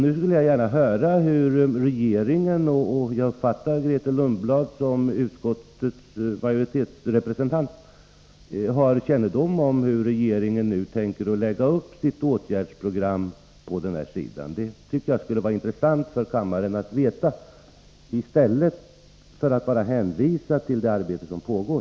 Nu skulle jag gärna vilja höra om Grethe Lundblad, som jag uppfattade som utskottets majoritetsrepresentant, har kännedom om hur regeringen tänker lägga upp sitt åtgärdsprogram i den här frågan. Det tycker jag skulle vara intressant för kammaren att få veta, i stället för att bara bli hänvisad till det arbete som pågår.